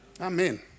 Amen